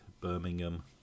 Birmingham